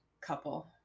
Couple